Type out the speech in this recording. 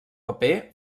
paper